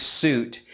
suit